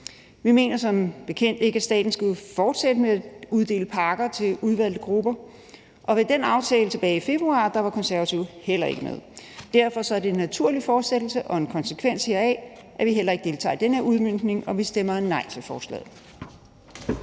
Vi mener som bekendt ikke, at staten skal fortsætte med at uddele pakker til udvalgte grupper, og ved den aftale tilbage i februar var Konservative heller ikke med. Derfor er det en naturlig fortsættelse og en konsekvens heraf, at vi heller ikke deltager i den her udmøntning, og at vi stemmer nej til forslaget.